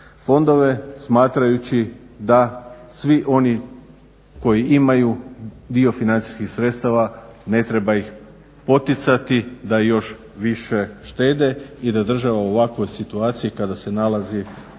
fondove smatrajući da svi oni koji imaju dio financijskih sredstava ne treba ih poticati da još više štede i da država u ovakvoj situaciji kada se nalazi